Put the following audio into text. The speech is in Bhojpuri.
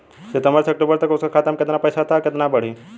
सितंबर से अक्टूबर तक उसका खाता में कीतना पेसा था और कीतना बड़ा?